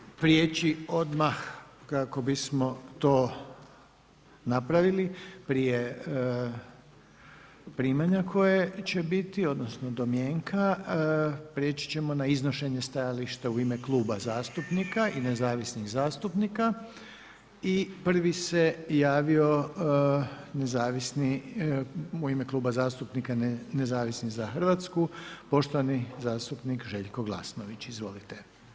Sada ćemo prijeći odmah, kako bismo to napravili, prije primanja koje će biti, odnosno, domjenka, prijeći ćemo na iznošenje stajališta u ime kluba zastupnika i nezavisnih zastupnika i prvi se javio nezavisni, u ime Kluba zastupnika, Nezavisni za Hrvatsku, poštovani zastupnik Željko Glasnović, izvolite.